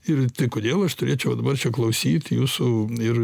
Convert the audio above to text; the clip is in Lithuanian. ir kodėl aš turėčiau dabar čia klausyt jūsų ir